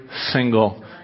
single